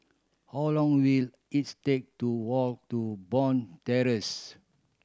how long will it take to walk to Bond Terrace